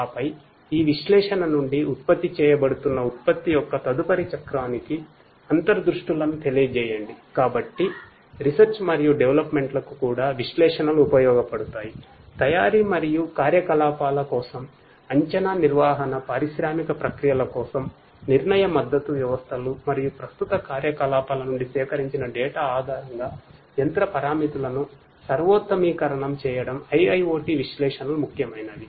ఆపై ఈ విశ్లేషణ నుండి ఉత్పత్తి చేయబడుతున్న ఉత్పత్తి యొక్క తదుపరి చక్రానికి అంతర్దృష్టులను ఆధారంగా యంత్ర పారామితులను సర్వోత్తమీకరణం చేయడం IIoT విశ్లేషణలు ముఖ్యమైనవి